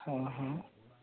हां हां